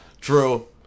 True